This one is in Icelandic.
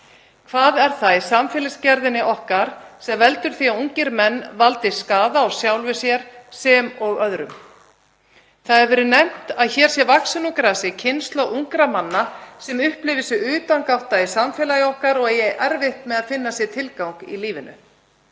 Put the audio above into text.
Hvað er það í samfélagsgerðinni okkar sem veldur því að ungir menn valda sjálfum sér og öðrum skaða? Það hefur verið nefnt að hér sé vaxin úr grasi kynslóð ungra manna sem upplifir sig utangátta í samfélagi okkar og eigi erfitt með að finna sér tilgang í lífinu.